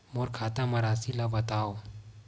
मोर खाता म राशि ल बताओ?